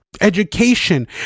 education